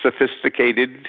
sophisticated